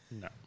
No